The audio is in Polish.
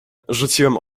rzuciłem